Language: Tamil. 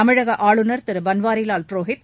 தமிழக ஆளுநர் திரு பன்வாரிலால் புரோஹித்